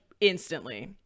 instantly